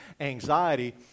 anxiety